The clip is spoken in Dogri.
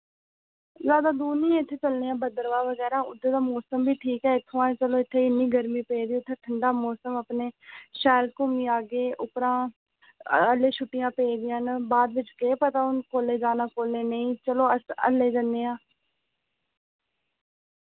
ज्यादा दूर नि इत्थै चलने आं भदरवाह् बगैरा उद्दर दा मौसम बी ठीक ऐ इत्थुआं चलो इत्थै इन्नी गर्मी पेदी उत्थै ठंडा मौसम अपने शैल घुम्मी आगे उप्परा हल्ले छुट्टियां पेदियां न बाद बिच केह् पता हुन कोल्लै जाना कोल्लै नेईं चलो अस हल्ले जन्नेआं